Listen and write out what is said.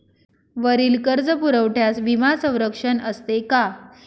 वरील कर्जपुरवठ्यास विमा संरक्षण असते का?